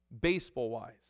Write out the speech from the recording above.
baseball-wise